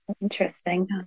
interesting